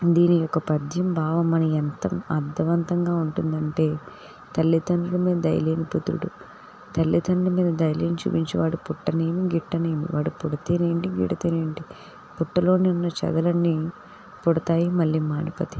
దీని యొక్క పద్యం భావం మని ఎంత అర్దవంతంగా ఉంటుందంటే తల్లితండ్రి మీద దయలేని పుత్రుడు తల్లితండ్రి మీద దయలేమి చూపించువాడు పుట్టనేమి గిట్టనేమి వాడు పుడితేనేంటి గిడితేనేంటి పుట్టలోనున్న చదలన్నీ పుడతాయి మళ్ళీ మానిపోతాయి